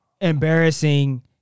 embarrassing